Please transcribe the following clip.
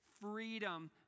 freedom